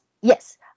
Yes